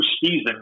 season